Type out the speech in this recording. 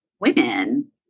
women